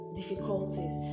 difficulties